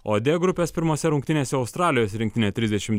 o d grupės pirmose rungtynėse australijos rinktinė trisdešim